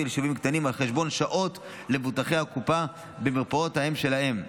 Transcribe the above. ליישובים קטנים על חשבון שעות למבוטחי הקופה במרפאות האם שלהם.